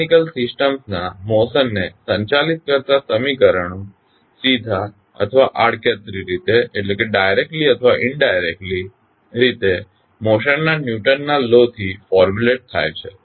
mechanical સિસ્ટમ્સના motion ને સંચાલિત કરતા સમીકરણો સીધા અથવા આડકતરી રીતે મોશનના ન્યુટનના લો થી ફોર્મ્યુલેટ થાય છે